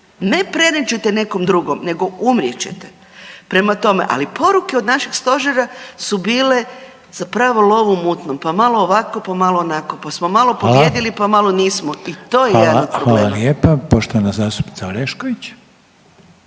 ne prenijet ćete nekom drugom nego umrijet ćete. Prema tome, ali poruke od našeg stožera su bile zapravo lov u mutnom, pa malo ovako, pa malo onako, pa smo malo pobijedili, pa malo nismo …/Upadica Reiner: Hvala./… i to je jedan